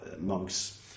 monks